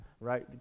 Right